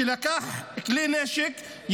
לקח כלי נשק,